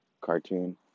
cartoon